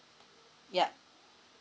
yup